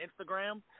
Instagram